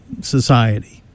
society